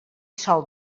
sol